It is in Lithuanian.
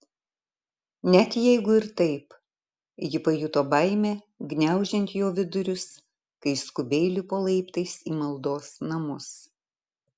net jeigu ir taip ji pajuto baimę gniaužiant jo vidurius kai skubiai lipo laiptais į maldos namus